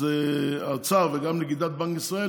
אז האוצר וגם נגידת בנק ישראל,